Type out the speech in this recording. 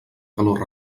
calor